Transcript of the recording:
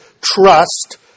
trust